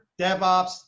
DevOps